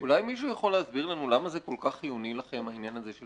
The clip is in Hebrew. אולי מישהו יכול להסביר לנו למה זה כל כך חיוני לכם העניין הזה של